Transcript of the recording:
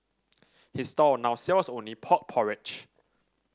his stall now sells only pork porridge